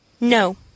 No